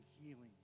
healing